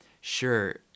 Sure